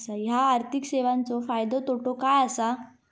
हया आर्थिक सेवेंचो फायदो तोटो काय आसा?